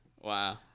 Wow